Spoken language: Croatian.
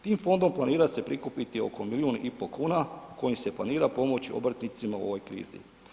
Tim fondom planira se prikupiti oko milijun i pol kuna kojim se planira pomoći obrtnicima u ovoj krizi.